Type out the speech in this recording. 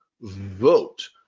vote